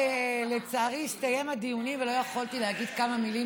לצערי הסתיימו הדיונים ולא יכולתי להגיד כמה מילים